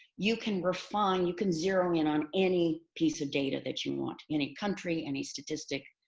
you can refine. you can zero in on any piece of data that you want. any country, any statistic,